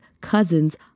cousins